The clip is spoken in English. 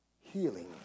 healing